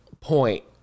point